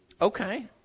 Okay